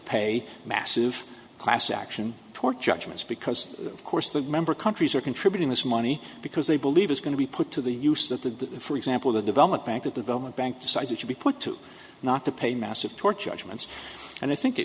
pay massive class action toward judgments because of course the member countries are contributing this money because they believe is going to be put to the use that the for example the development that development bank decides it should be put to not to pay massive torch arguments and i think